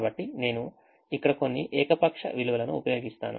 కాబట్టి నేను ఇక్కడ కొన్ని ఏకపక్ష విలువలను ఉపయోగిస్తాను